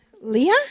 Leah